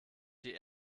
die